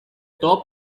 top